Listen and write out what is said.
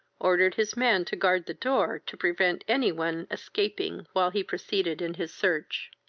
ordered his man to guard the door, to prevent any one escaping while he proceeded in his search.